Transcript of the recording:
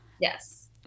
Yes